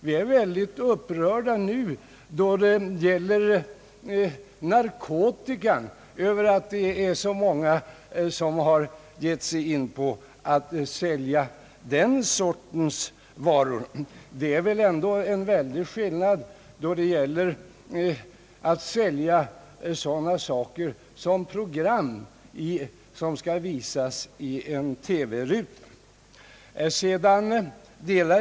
Vi är nu mycket upprörda över att det är så många som har gett sig in på att sälja narkotika. Det råder alltså en stor skillnad mellan att sälja sådana här varor och att sälja program som skall visas i en TV-ruta.